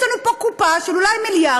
יש לנו פה קופה של אולי מיליארדים,